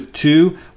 two